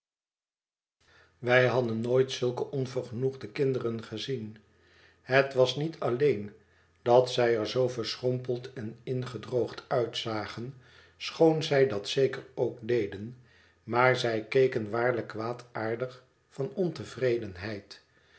wij hadden nooit zulke onvergenoegde kinderen gezien het was niet alleen dat zij er zoo verschrompeld en ingedroogd uitzagen schoon zij dat zeker ook deden maar zij keken waarlijk kwaadaardig van ontevredenheid